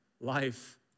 life